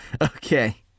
Okay